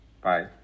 Bye